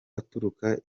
aturuka